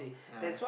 ah